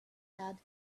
add